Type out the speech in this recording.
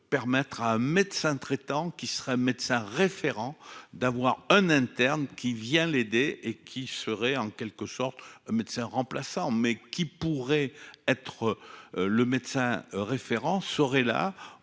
permettre à un médecin traitant qui serait médecin référent d'avoir un interne qui vient l'aider et qui serait en quelque sorte un médecin remplaçant mais qui pourrait être. Le médecin référent là